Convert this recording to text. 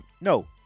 No